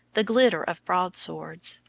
the glitter of broadswords.